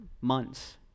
months